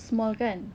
small kan